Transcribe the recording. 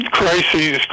crises